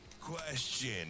Question